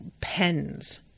pens